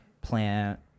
plant